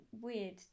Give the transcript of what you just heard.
weird